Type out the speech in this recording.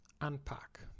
unpack